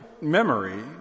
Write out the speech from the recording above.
memory